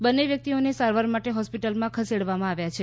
બંન્ને વ્યક્તિઓને સારવાર માટે હોસ્પિટલમાં ખસેડવામાં આવ્યા છે